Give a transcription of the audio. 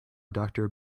doctor